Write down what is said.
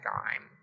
time